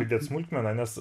pridėt smulkmeną nes